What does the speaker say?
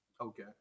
Okay